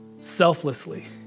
selflessly